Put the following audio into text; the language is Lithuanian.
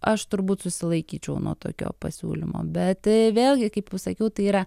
aš turbūt susilaikyčiau nuo tokio pasiūlymo bet vėlgi kaip jau sakiau tai yra